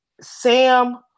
Sam